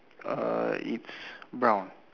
err it's brown